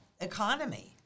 economy